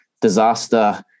disaster